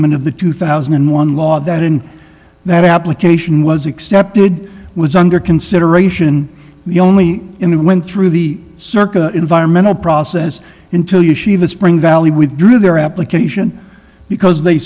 ent of the two thousand and one law that in that application was accepted was under consideration the only in went through the circa environmental process until you shiva spring valley with through their application because they